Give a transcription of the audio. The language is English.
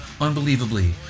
unbelievably